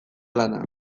lana